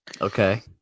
Okay